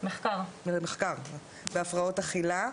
ולמחקר בהפרעות אכילה,